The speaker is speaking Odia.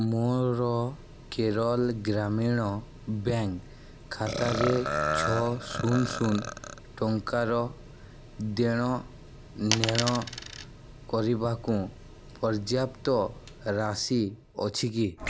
ମୋର କେରଳ ଗ୍ରାମୀଣ ବ୍ୟାଙ୍କ ଖାତାରେ ଛଅ ଶୂନ ଶୂନ ଟଙ୍କାର ଦେଣ ନେଣ କରିବାକୁ ପର୍ଯ୍ୟାପ୍ତ ରାଶି ଅଛି କି